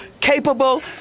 capable